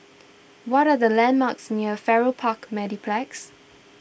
what are the landmarks near Farrer Park Mediplex